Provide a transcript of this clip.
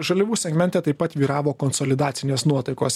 žaliavų segmente taip pat vyravo konsolidacinės nuotaikos